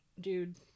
dude